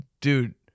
dude